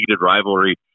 rivalry